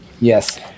Yes